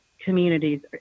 communities